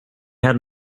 had